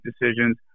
decisions